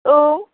औ